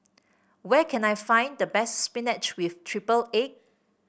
where can I find the best spinach with triple egg